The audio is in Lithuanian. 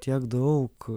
tiek daug